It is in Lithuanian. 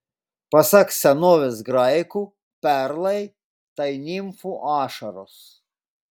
pasak senovės graikų perlai tai nimfų ašaros